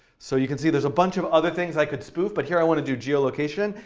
so you can see there's a bunch of other things i could spoof, but here, i want to do geolocation.